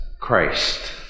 Christ